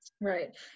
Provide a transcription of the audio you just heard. Right